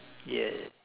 yes